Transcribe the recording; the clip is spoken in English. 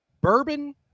bourbon